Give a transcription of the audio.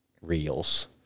reels